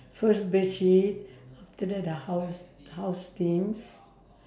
first bed sheet after that the house house things